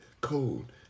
Cold